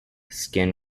skin